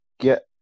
get